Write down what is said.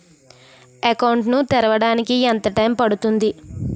Account ను తెరవడానికి ఎంత టైమ్ పడుతుంది?